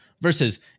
versus